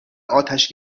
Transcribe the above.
آتش